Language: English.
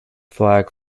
flag